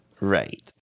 right